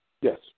yes